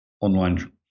online